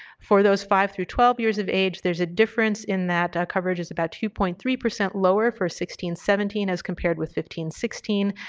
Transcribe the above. for those five through twelve years of age there's a difference in that coverage is about two point three lower for sixteen seventeen as compared with fifteen sixteen.